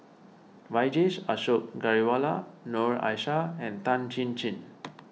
Vijesh Ashok Ghariwala Noor Aishah and Tan Chin Chin